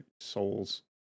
souls